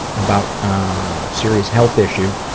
about serious health issue,